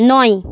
নয়